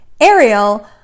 Ariel